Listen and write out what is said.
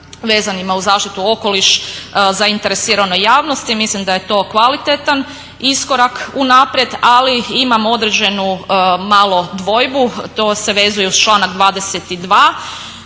vezanima uz zaštitu okoliša zainteresiranoj javnosti. Mislim da je to kvalitetan iskorak unaprijed ali imam određenu malu dvojbu, to se vezuje uz članak 22.